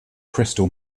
crystal